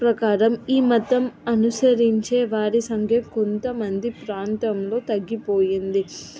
ప్రకారం ఈ మతం అనుసరించే వారి సంఖ్య కొంతమంది ప్రాంతంలో తగ్గిపోయింది